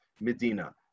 Medina